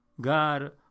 God